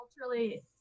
culturally